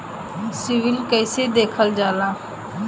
CIBIL कैसे देखल जाला?